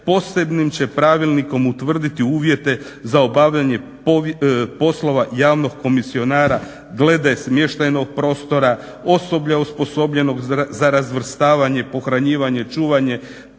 posebnim će pravilnikom utvrditi uvjete za obavljanje poslova javnog komisionara glede smještajnog prostora, osoblja osposobljenog za razvrstavanje, pohranjivanje, čuvanje